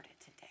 today